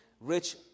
rich